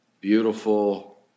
beautiful